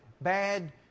bad